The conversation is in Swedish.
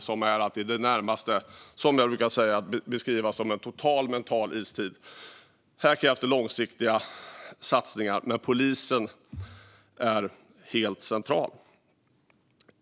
Jag brukar beskriva det som i det närmaste en total mental istid. Här krävs långsiktiga satsningar. Men polisen är helt central.